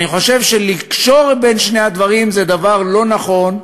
אני חושב שלקשור בין שני הדברים זה דבר לא נכון,